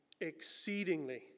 exceedingly